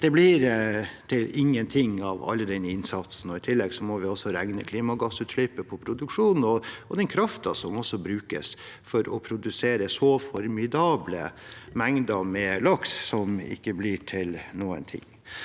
Det blir ingenting av all den innsatsen. I tillegg må vi også regne klimagassutslippet på produksjonen og kraften som brukes for å produsere så formidable mengder med laks som ikke blir til noen ting.